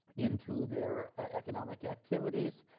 into their economic activities,